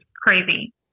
crazy